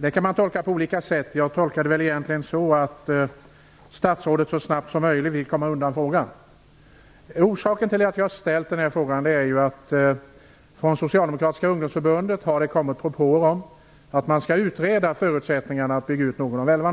Det kan man tolka på olika sätt. Jag tolkar det egentligen som att statsrådet så snabbt som möjligt vill komma undan frågan. Orsaken till att jag har ställt den här frågan är att det från det socialdemokratiska ungdomsförbundet har kommit propåer om att man skall utreda förutsättningarna för att bygga ut någon av älvarna.